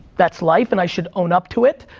that's life and i should own up to it.